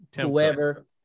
whoever